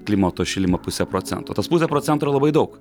klimato šilimą puse procento tas pusė procento yra labai daug